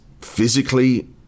physically